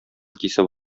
кисеп